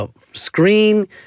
screen